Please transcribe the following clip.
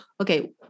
okay